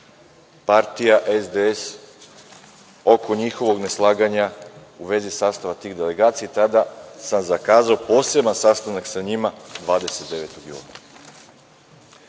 LDP i SDS oko njihovog neslaganja u vezi sastava tih delegacija i tada sam zakazao poseban sastanak sa njima 29.